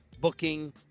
booking